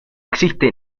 existe